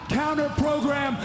counter-program